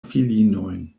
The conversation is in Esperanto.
filinojn